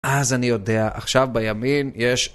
אז אני יודע, עכשיו בימין יש...